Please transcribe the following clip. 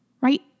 right